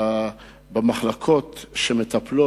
מדובר בפליטת חומרים רעילים שחלקם נבדקו